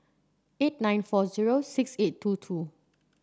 eight nine four zero six eight two two